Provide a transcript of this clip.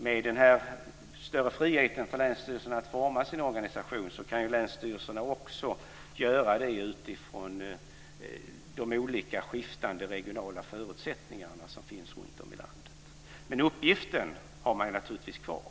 Med den här större friheten för länsstyrelserna att forma sin organisation kan länsstyrelserna också göra detta utifrån de skiftande regionala förutsättningarna runtom i landet - uppgiften har man naturligtvis kvar.